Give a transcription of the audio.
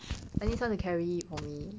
I need someone to carry it for me